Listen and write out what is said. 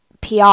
PR